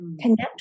connect